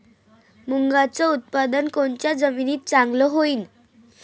मुंगाचं उत्पादन कोनच्या जमीनीत चांगलं होईन?